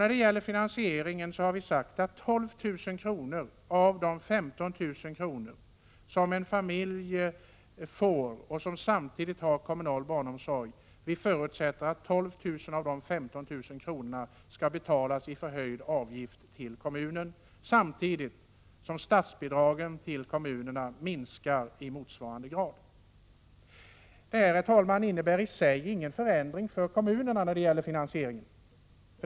När det gäller finansieringen har vi sagt att en familj som har kommunal barnomsorg förutsätts, av de 15 000 kr. som den får, betala 12 000 kr. i förhöjd avgift till kommunen, samtidigt som statsbidragen till kommunerna minskar i motsvarande grad. Detta innebär i sig ingen förändring för kommunerna när det gäller finansieringen.